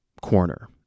corner